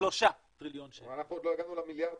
שלושה טריליון שקל.